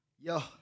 Yo